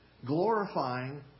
Glorifying